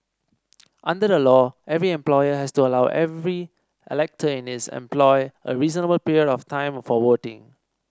under the law every employer has to allow every elector in his employ a reasonable period of time for voting